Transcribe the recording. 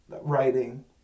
Writing